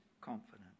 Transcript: confident